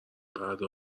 پرده